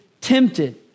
tempted